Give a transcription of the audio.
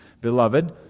Beloved